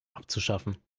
abzuschaffen